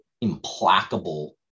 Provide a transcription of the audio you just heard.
implacable